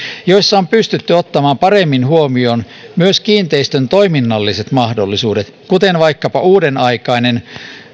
joissa on pystytty ottamaan paremmin huomioon myös kiinteistön toiminnalliset mahdollisuudet kuten vaikkapa uudenaikaisen